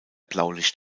blaulicht